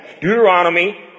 Deuteronomy